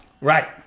Right